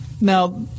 Now